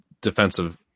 defensive